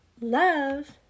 love